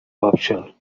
آبشار